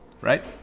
Right